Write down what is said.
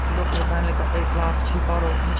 look, we've only got these last two bottles. and she